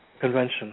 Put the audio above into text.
convention